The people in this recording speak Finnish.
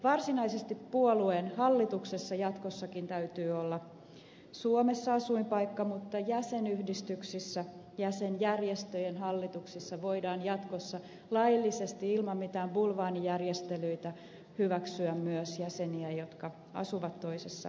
varsinaisesti puolueen hallituksessa olevalla jatkossakin täytyy olla suomessa asuinpaikka mutta jäsenyhdistyksissä jäsenjärjestöjen hallituksissa voidaan jatkossa laillisesti ilman mitään bulvaanijärjestelyitä hyväksyä myös jäseniä jotka asuvat toisessa valtiossa